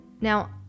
Now